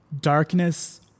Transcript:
darkness